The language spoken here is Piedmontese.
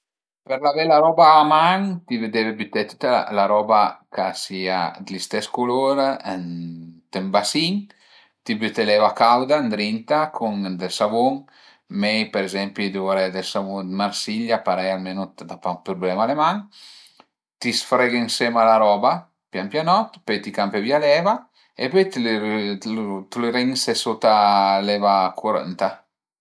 Për lavé la roba a man ti deve büté tüta la roba ch'a sia dë l'istes culur ënt ën basin, ti büte l'eva cauda ëndrinta cun dël savun, mei për ezempi duvré dë savun dë Marsiglia, parei almenu a da pa dë prublema a le man, ti sfreghe ënsema la roba pian pianot, pöi ti campe via l'eva e pöi t'lu rense suta a l'eva curënta